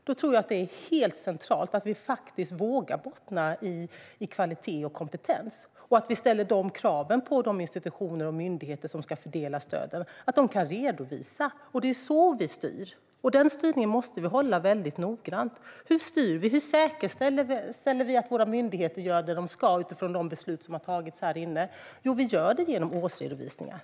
Jag tror att det är helt centralt att vi faktiskt vågar bottna i kvalitet och kompetens och att vi ställer krav på de institutioner och myndigheter som ska fördela stöden att de kan redovisa. Det är så vi styr, och den styrningen måste vi hålla väldigt noggrant. Hur styr vi? Hur säkerställer vi att våra myndigheter gör det de ska utifrån de beslut som har tagits här inne? Jo, vi gör det genom årsredovisningar.